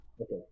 Okay